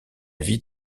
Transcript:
vie